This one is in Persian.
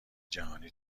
جهانی